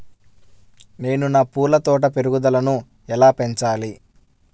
నేను నా పూల తోట పెరుగుదలను ఎలా పెంచాలి?